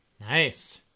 Nice